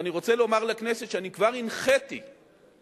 ואני רוצה לומר לכנסת שאני כבר הנחיתי את